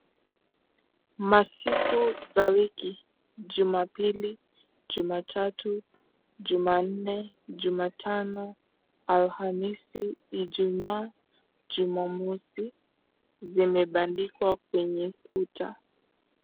Masiku za wiki: Jumapili, Jumatatu, Jumanne, Jumatano, Alhamisi, Ijumaa, Jumamosi zimebandikwa kwenye kuta.